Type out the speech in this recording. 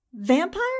Vampire